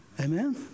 Amen